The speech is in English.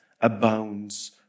abounds